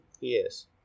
Yes